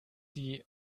die